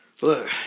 Look